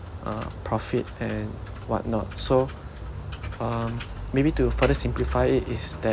uh profit and whatnot so um maybe to further simplify it is that